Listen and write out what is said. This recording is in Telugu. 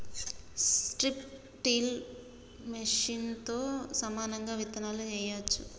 స్ట్రిప్ టిల్ మెషిన్తో సమానంగా విత్తులు వేయొచ్చు